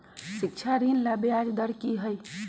शिक्षा ऋण ला ब्याज दर कि हई?